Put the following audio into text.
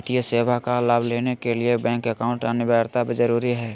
वित्तीय सेवा का लाभ लेने के लिए बैंक अकाउंट अनिवार्यता जरूरी है?